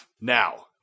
Now